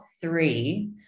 three